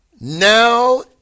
Now